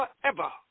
forever